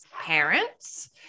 parents